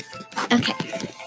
Okay